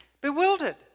Bewildered